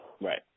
Right